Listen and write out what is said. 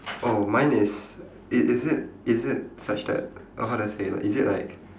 oh mine is i~ is it is it such that or how do I say like is it like